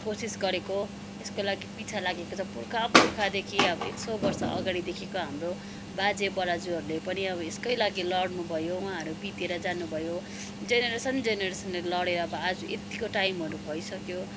कोसिस गरेको यसको लागि पिछा लागेको चाहिँ पुर्खा पुर्खादेखि अब एक सय बर्ष अगाडिदेखिको हाम्रो बाजे बराज्यूहरूले पनि यसकै लागि लड्नु भयो उहाँहरू बितेर जानुभयो जेनेरेसन जेनेरेसन लडेर अब आज यतिको टाइमहरू भइ सक्यो